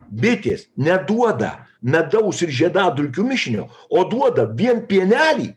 bitės neduoda medaus ir žiedadulkių mišinio o duoda vien pienelį